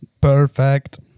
Perfect